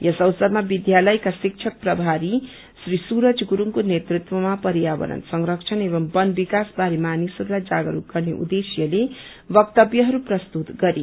यस अवसरमा विद्यालयका शिक्षक प्रभारी श्री सुरज गुठङको नेतृत्वमा पर्यवरण संरक्षण एवं वन विकास बारे मानिसहरूलाई जागरूक गर्ने उद्देश्यले क्तव्यहरू प्रस्तुत गरे